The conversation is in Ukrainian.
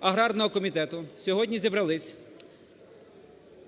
аграрного комітету сьогодні зібралися,